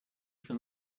from